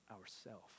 ourself